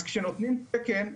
אז כשנותנים תקן,